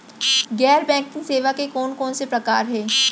गैर बैंकिंग सेवा के कोन कोन से प्रकार हे?